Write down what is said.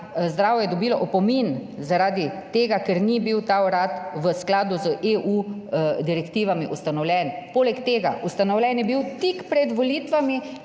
zdravje dobilo opomin zaradi tega, ker ni bil ta urad v skladu z EU direktivami ustanovljen. Poleg tega, ustanovljen je bil tik pred volitvami,